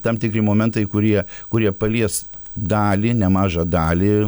tam tikri momentai kurie kurie palies dalį nemažą dalį